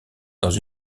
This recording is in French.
dans